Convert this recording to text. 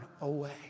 away